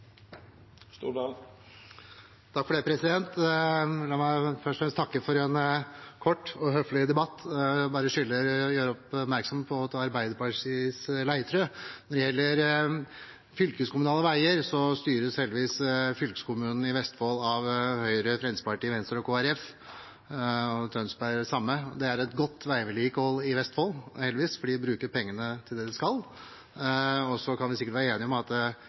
takke for en kort og høflig debatt. Jeg bare skylder å gjøre Arbeiderpartiets Leirtrø oppmerksom på at når det gjelder fylkeskommunale veier, så styres heldigvis fylkeskommunen i Vestfold av Høyre, Fremskrittspartiet, Venstre og Kristelig Folkeparti, og Tønsberg det samme. Det er et godt veivedlikehold i Vestfold, heldigvis, for de bruker pengene til det de skal. Så kan vi sikkert være enige om at